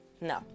No